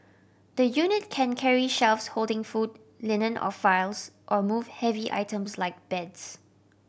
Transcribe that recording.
the unit can carry shelves holding food linen or files or move heavy items like beds